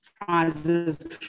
prizes